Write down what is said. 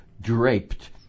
draped